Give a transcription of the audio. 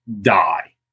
die